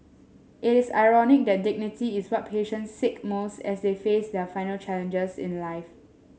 it is ironic that dignity is what patients seek most as they face their final challenges in life